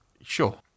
Sure